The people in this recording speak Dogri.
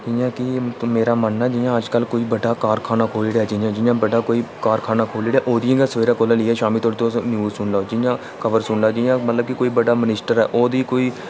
जियां कि मेरा मन्नना ऐ कि जि'यां कोई बड्डा कोई कारखाना खोह्ल्ली ओड़ेआ जि'यां कोई ओह्दियां गै सवेरे कोला लेइयै शामीं धोड़ी तुस न्यूज सुनी लैओ जि'यां कोई मन्नो बड्डा मिनीस्टर ओह्दी कोई